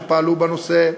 שפעלו בנושא,